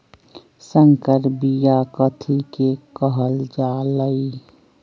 संकर बिया कथि के कहल जा लई?